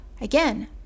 again